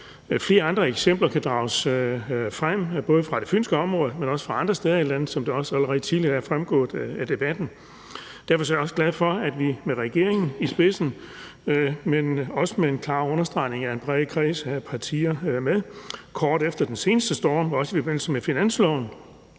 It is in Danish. Flere andre eksempler kan trækkes frem, både fra det fynske område, men også fra andre steder i landet, som det også allerede tidligere er fremgået af debatten. Derfor er jeg også glad for, at vi med regeringen i spidsen, men også med en klar understregning fra en bred kreds af partier, der var med, kort efter den seneste storm og også i forbindelse med finansloven